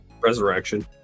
Resurrection